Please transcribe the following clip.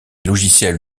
logiciels